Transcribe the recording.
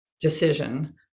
decision